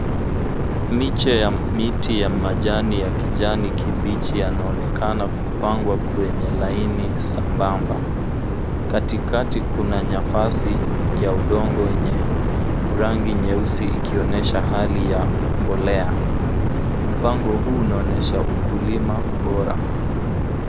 Miche ya miti ya majani ya kijani kibichi yanaonekana kupangwa kwenye laini sambamba. Katikati kuna nafasi ya udongo wenye rangi nyeusi ikionesha hali ya mbolea. Mpango huu unaonesha ukulima bora.